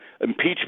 impeachment